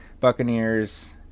Buccaneers